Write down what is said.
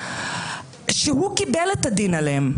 שהוא קיבל את הדין עליהם.